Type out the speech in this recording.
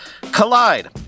Collide